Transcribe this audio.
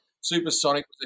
Supersonic